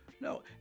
No